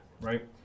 right